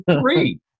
three